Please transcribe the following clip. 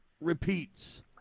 Repeats